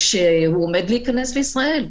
כשהוא עומד להיכנס לישראל.